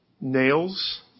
nails